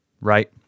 Right